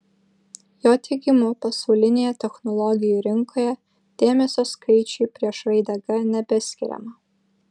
jo teigimu pasaulinėje technologijų rinkoje dėmesio skaičiui prieš raidę g nebeskiriama